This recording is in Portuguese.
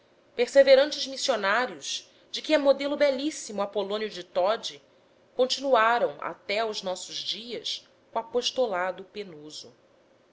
perseverantes missionários de que é modelo belíssimo apolônio de todi continuaram até aos nossos dias o apostolado penoso